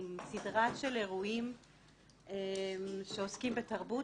עם סדרה של אירועים שעוסקים בתרבות.